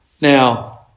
Now